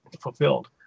fulfilled